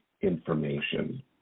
information